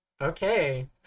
Okay